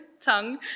tongue